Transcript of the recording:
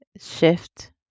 Shift